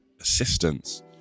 assistance